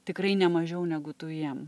tikrai nemažiau negu tu jiem